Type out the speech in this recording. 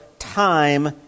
Time